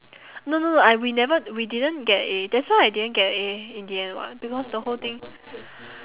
no no no I we never we didn't get A that's why I didn't get A in the end [what] because the whole thing